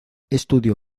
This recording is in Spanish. estudió